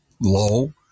low